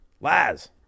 Laz